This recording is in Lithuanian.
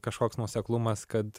kažkoks nuoseklumas kad